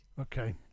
okay